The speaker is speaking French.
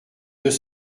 deux